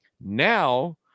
Now